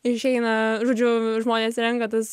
išeina žodžiu žmonės renka tas